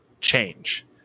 change